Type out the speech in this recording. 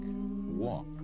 walk